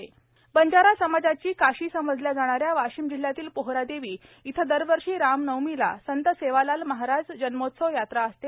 पोहरादेवी बंजारा समाजाची काशी समजल्या जाणाऱ्या वाशीम जिल्ह्यातील पोहरादेवी येथे दरवर्षी रामनवमीला संत सेवालाल महाराज जन्मोत्सव यात्रा असते